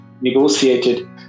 negotiated